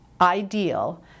ideal